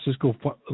Francisco